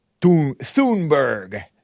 Thunberg